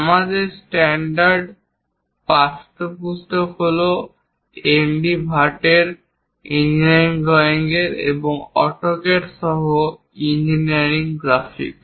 আমাদের স্ট্যান্ডার্ড পাঠ্যপুস্তক হল এনডি ভাটের ND Bhatt ইঞ্জিনিয়ারিং ড্রয়িং এবং অটোক্যাড সহ ইঞ্জিনিয়ারিং গ্রাফিক্স